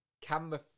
camera